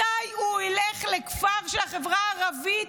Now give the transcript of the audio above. מתי הוא ילך לכפר של החברה הערבית